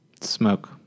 Smoke